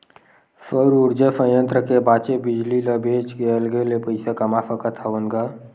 सउर उरजा संयत्र के बाचे बिजली ल बेच के अलगे ले पइसा कमा सकत हवन ग